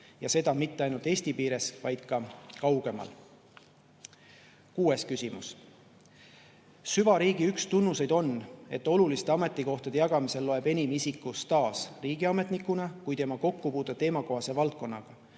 ja seda mitte ainult Eesti piires, vaid ka kaugemal. Kuues küsimus: "Süvariigi üks tunnuseid on, et oluliste ametikohtade jagamisel loeb enam isiku staaž riigiametnikuna kui tema kokkupuude teemakohase valdkonnaga.